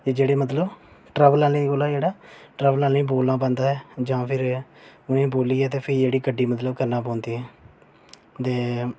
एह् जेह्ड़े मतलब ट्रैवल आह्ले कोलां जेह्ड़ा ट्रैवल आह्लें गी बोलना बनदा ऐ जां फिर उनेंगी बोलियै ते फ्ही जेह्ड़ी गड्डी मतलब करनी पौंदी ऐ ते